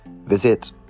Visit